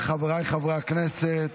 על חשיבות